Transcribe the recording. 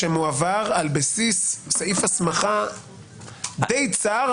שמועבר על בסיס סעיף הסמכה די צר,